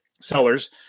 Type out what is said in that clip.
sellers